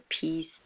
peace